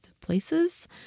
places